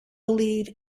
believe